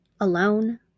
alone